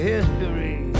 History